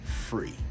free